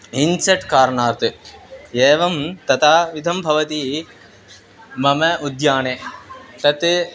insect कारणात् एवं तथा इदं भवति मम उद्याने तत्